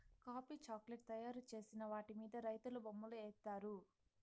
coffee chocolate తయారు చేసిన వాటి మీద రైతులు బొమ్మలు ఏత్తారు